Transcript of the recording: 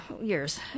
years